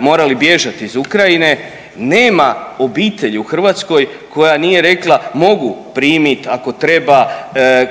morali bježat iz Ukrajine nema obitelji u Hrvatskoj koja nije rekla mogu primit ako treba,